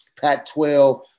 Pac-12